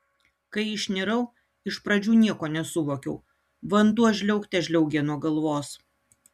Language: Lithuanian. kai išnirau iš pradžių nieko nesuvokiau vanduo žliaugte žliaugė nuo galvos